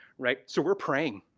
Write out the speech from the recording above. right. so we're praying,